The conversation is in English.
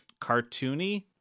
cartoony